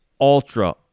ultra